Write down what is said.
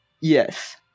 Yes